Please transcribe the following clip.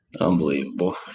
Unbelievable